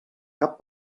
cap